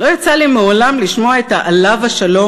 לא יצא לי מעולם לשמוע את ה"עליו השלום"